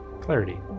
clarity